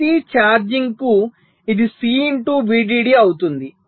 ప్రతి ఛార్జింగ్ కు ఇది C ఇంటూ VDD అవుతుంది